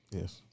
Yes